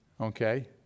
Okay